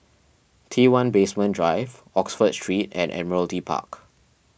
T one Basement Drive Oxford Street and Admiralty Park